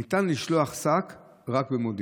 ניתן לשלוח שק רק במודיעין.